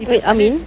wait amin